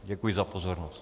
Děkuji za pozornost.